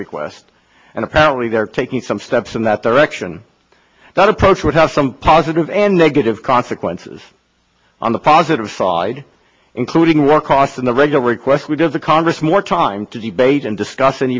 request and apparently they're taking some steps in that direction that approach would have some positive and negative consequences on the positive side including war costs and the regular request we give the congress more time to debate and discuss and